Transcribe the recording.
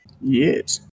Yes